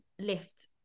lift